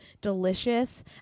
delicious